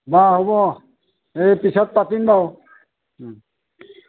বা হ'ব এই পিছত পাতিম বাৰু